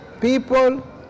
people